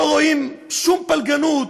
לא רואים שום פלגנות,